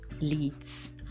leads